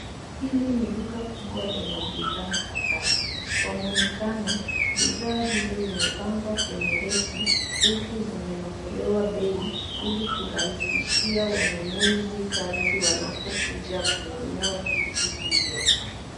Hili ni duka kubwa lenye bidhaa kadhaa. Kwa mwonekano bidhaa hizo zimepangwa kwenye reki huku zimenokolewa bei ili kurahisishia wanunuzi kazi wanapo kuja kununua vitu hivyo.